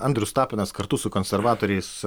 andrius tapinas kartu su konservatoriais